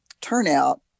turnout